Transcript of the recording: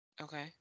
Okay